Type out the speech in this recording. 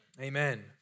Amen